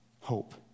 hope